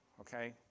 okay